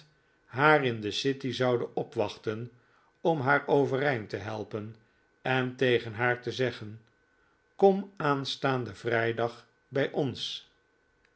haar in de city zouden opwachten om haar overeind te helpen en tegen haar te zeggen kom aanstaanden vrijdag bij ons